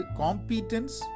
competence